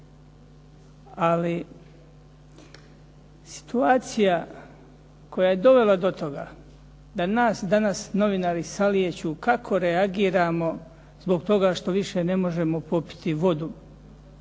Ali situacija koja je dovela do toga da nas danas novinari salijeću kako reagiramo zbog toga što više ne možemo popiti vodu,